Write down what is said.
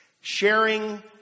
Sharing